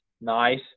Nice